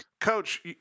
coach